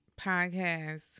podcast